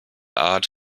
art